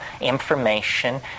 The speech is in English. information